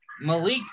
Malik